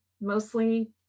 mostly